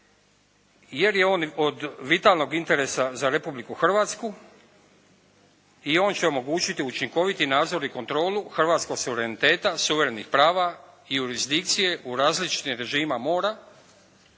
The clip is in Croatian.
jer je on vitalnog interesa za Republiku Hrvatsku i on će omogućiti učinkoviti nadzor i kontrolu hrvatskog suvereniteta, suverenih prava i jurisdikcije u različitim režimima mora